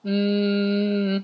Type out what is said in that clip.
mm